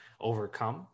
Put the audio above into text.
overcome